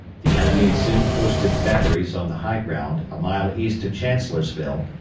the enemy soon posted batteries on the high ground a mile east of chancellorsville,